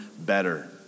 better